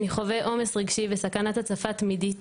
אני חווה עומס רגשי וסכנת הצפה תמידית,